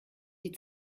die